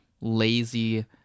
lazy